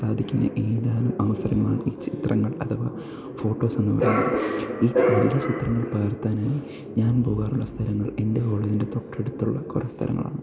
സാധിക്കുന്ന ഏതാനും അവസരങ്ങളാണ് ഈ ചിത്രങ്ങൾ അഥവാ ഫോട്ടോസ് എന്ന് പറയുന്നത് ഈ ചിത്രങ്ങൾ പകർത്താനായി ഞാൻ പോകാറുള്ള സ്ഥലങ്ങൾ എൻ്റെ കോളേജിൻ്റെ തൊട്ടടുത്തുള്ള കുറേ സ്ഥലങ്ങളാണ്